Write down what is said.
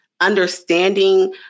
understanding